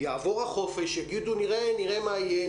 יעבור החופש, יגידו נראה מה יהיה.